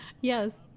Yes